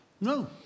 no